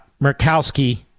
Murkowski